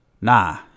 Nah